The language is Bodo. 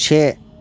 से